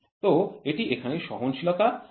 তো এটি এখানে সহনশীলতা আর এটি হল ব্যয়